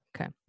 okay